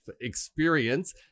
experience